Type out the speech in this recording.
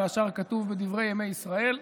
והשאר כתוב בדברי ימי ישראל.